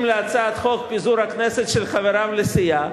להצעת חוק פיזור הכנסת של חבריו לסיעה,